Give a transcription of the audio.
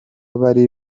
bari